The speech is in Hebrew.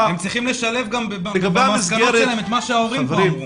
הם צריכים לשלב את מה שההורים אומרים.